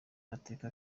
mateka